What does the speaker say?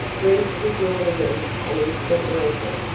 brewster joining them an instant later.